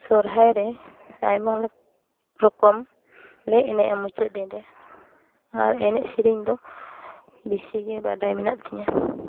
ᱥᱚᱨᱦᱟᱭ ᱨᱮ ᱟᱭᱢᱟ ᱞᱮ ᱨᱚᱠᱚᱢ ᱞᱮ ᱮᱱᱮᱡᱟ ᱢᱩᱪᱟᱹᱫ ᱫᱤᱱ ᱨᱮ ᱟᱨ ᱮᱱᱮᱡ ᱥᱮᱨᱮᱧ ᱫᱚ ᱵᱤᱥᱤ ᱜᱮ ᱵᱟᱰᱟᱭ ᱢᱮᱱᱟᱜ ᱛᱤᱧᱟᱹ